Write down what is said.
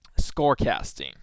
Scorecasting